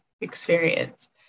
experience